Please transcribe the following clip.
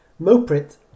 Moprit